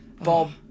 Bob